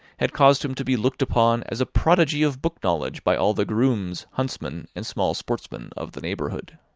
had caused him to be looked upon as a prodigy of book-knowledge by all the grooms, huntsmen, and small sportsmen of the neighbourhood.